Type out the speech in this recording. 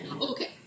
Okay